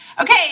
Okay